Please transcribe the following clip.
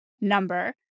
number